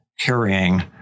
carrying